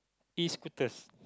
E scooters